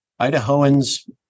Idahoans